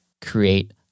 create